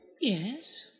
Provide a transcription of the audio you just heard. Yes